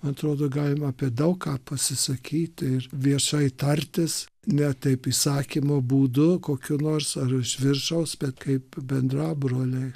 atrodo galima apie daug ką pasisakyti ir viešai tartis ne taip įsakymo būdu kokiu nors ar iš viršaus bet kaip bendrabroliai